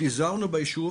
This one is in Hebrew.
פיזרנו ביישוב